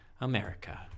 America